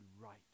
right